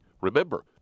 Remember